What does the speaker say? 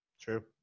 True